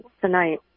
tonight